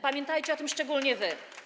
Pamiętajcie o tym szczególnie wy.